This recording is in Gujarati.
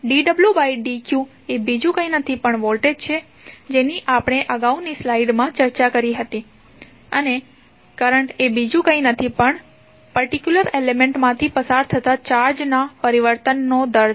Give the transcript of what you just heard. dwdq એ બીજુ કંઇ નથી પણ વોલ્ટેજ છે જેની આપણે અગાઉની સ્લાઈડ મા ચર્ચા કરી હતી અને કરંટ એ બીજુ કંઇ નથી પણ પર્ટિક્યુલર એલિમેન્ટ માંથી પસાર થતા ચાર્જના પરિવર્તનનો દર છે